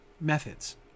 methods